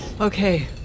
Okay